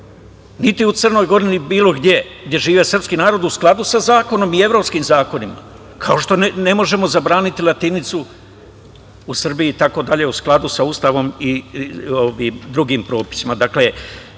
niti u Crnoj Gori, ni bilo gde gde živi srpski narod u skladu sa zakonom i evropskim zakonom, kao što ne možemo zabraniti latinicu u Srbiji itd. u skladu sa Ustavom i drugim propisima. Dakle,